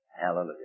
hallelujah